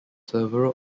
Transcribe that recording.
several